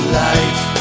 life